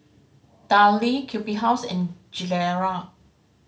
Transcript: Darlie Q B House and Gilera